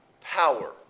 power